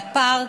לפארק,